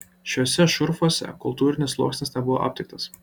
šiuose šurfuose kultūrinis sluoksnis nebuvo aptiktas